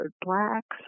blacks